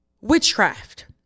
Witchcraft